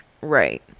Right